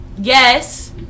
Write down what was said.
Yes